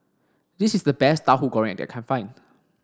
this is the best tahu goreng that I can find